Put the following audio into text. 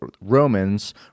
Romans